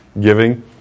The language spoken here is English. giving